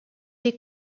des